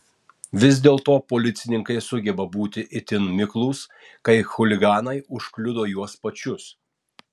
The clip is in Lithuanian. vis dėlto policininkai sugeba būti itin miklūs kai chuliganai užkliudo juos pačius